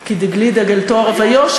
כי דגלי דגל טוהר ויושר".